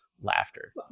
laughter